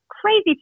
crazy